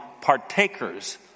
partakers